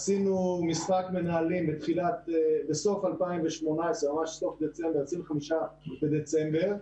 עשינו משחק מנהלים בסוף 2018, ב-25 בדצמבר,